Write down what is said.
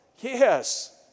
Yes